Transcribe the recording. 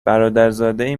برادرزاده